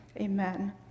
Amen